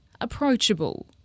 approachable